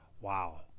wow